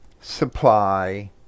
supply